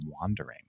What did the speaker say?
wandering